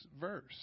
verse